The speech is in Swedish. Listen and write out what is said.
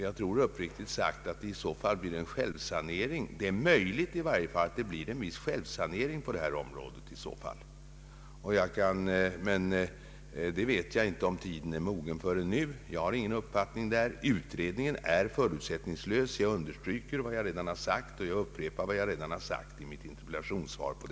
Jag tror uppriktigt sagt att det i så fall blir en viss självsanering på detta område. Men jag vet inte om tiden ännu är mogen härför. Jag har ingen uppfattning i detta fall. Utredningen är förutsättningslös. Jag upprepar och understryker vad jag redan har sagt på denna punkt i mitt interpellationssvar.